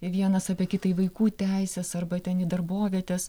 vienas apie kitai į vaikų teises arba ten į darbovietes